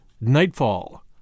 Nightfall